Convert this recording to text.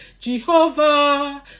jehovah